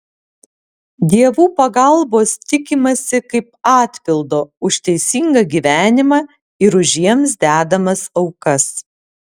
dievų pagalbos tikimasi kaip atpildo už teisingą gyvenimą ir už jiems dedamas aukas